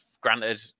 Granted